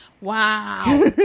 Wow